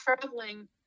traveling